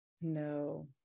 No